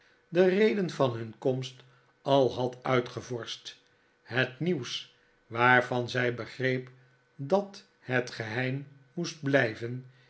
de reden van hun komst al had uitgevorscht het nieuws waarvan zij begreep dat het geheim moest blijven